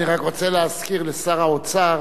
אני רק רוצה להזכיר לשר האוצר